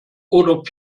oder